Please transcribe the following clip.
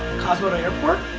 car's going to airport.